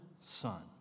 son